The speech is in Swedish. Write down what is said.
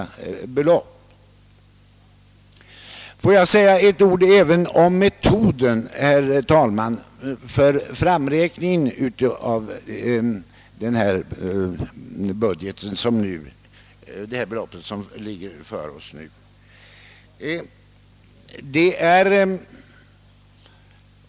Så några ord om metoden för framräkningen av det belopp som föreslås i propositionen!